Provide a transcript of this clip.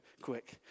quick